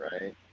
right